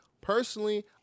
Personally